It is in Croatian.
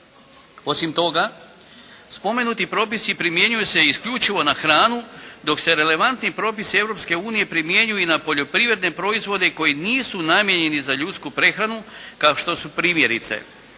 Osim toga, spomenuti propisi primjenjuju se isključivo na hranu dok se relevantni propisi Europske unije primjenjuju i na poljoprivredne proizvode koji nisu namijenjeni za ljudsku prehranu, kao što su primjerice